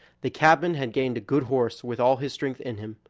the cabman had gained a good horse with all his strength in him.